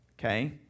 okay